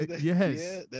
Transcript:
Yes